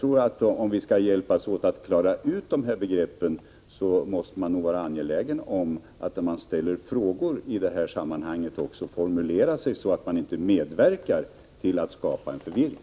Om vi skall hjälpas åt att klara ut begreppen måste man nog vara angelägen om att då man ställer frågor i dessa sammanhang formulera sig så att man inte medverkar till att skapa förvirring.